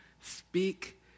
Speak